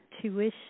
tuition